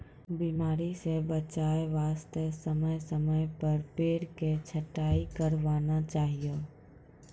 बीमारी स बचाय वास्तॅ समय समय पर पेड़ के छंटाई करवाना चाहियो